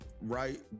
right